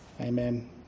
Amen